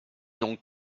ont